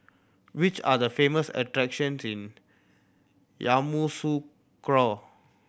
which are the famous attraction Yamoussoukro